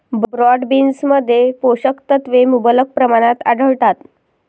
broad बीन्समध्ये पोषक तत्वे मुबलक प्रमाणात आढळतात